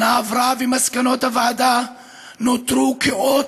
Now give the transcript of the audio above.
שנה עברה ומסקנות הוועדה נותרו כאות